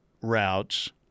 routes